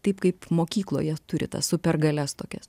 taip kaip mokykloje turi tas supergalias tokias